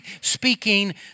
speaking